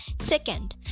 Second